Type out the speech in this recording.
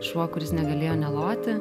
šuo kuris negalėjo neloti